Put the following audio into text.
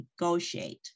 negotiate